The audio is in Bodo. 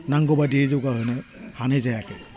नांगौबायदियै जौगाहोनो हानाय जायाखै